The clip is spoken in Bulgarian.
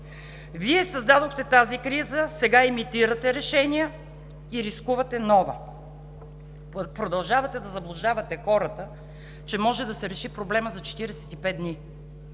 Вие създадохте тази криза – сега имитирате решения и рискувате нова. Продължавате да заблуждавате хората, че проблемът може да се реши за 45 дни,